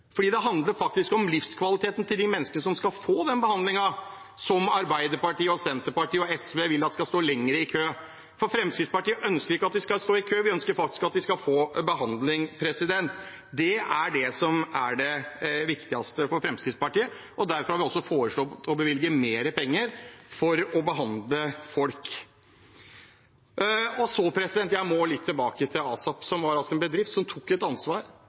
det smart, for det handler om livskvaliteten til de menneskene som skal få den behandlingen, som Arbeiderpartiet, Senterpartiet og SV vil at skal stå lenger i kø. Fremskrittspartiet ønsker ikke at de skal stå i kø. Vi ønsker at de skal få behandling. Det er det som er det viktigste for Fremskrittspartiet, og derfor har vi foreslått å bevilge mer penger for å behandle folk. Så må jeg litt tilbake til ASAP, som var en bedrift som tok ansvar.